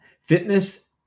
fitness